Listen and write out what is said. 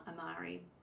Amari